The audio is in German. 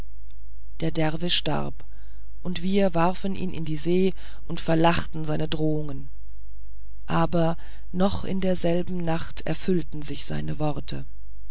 der derwisch starb und wir warfen ihn in die see und verlachten seine drohungen aber noch in derselben nacht erfüllten sich seine worte